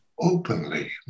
openly